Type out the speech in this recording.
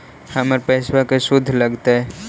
हमर पैसाबा के शुद्ध लगतै?